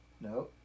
No